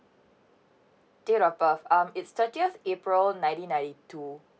date of birth um it's thirtieth april ninety ninety two